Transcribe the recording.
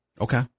Okay